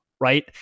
Right